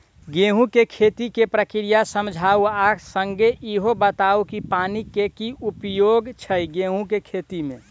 गेंहूँ केँ खेती केँ प्रक्रिया समझाउ आ संगे ईहो बताउ की पानि केँ की उपयोग छै गेंहूँ केँ खेती में?